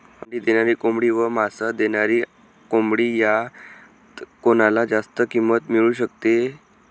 अंडी देणारी कोंबडी व मांस देणारी कोंबडी यात कोणाला जास्त किंमत मिळू शकते?